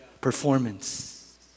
performance